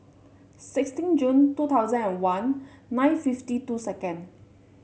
sixteen June two thousand and one nine fifty two second